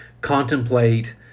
contemplate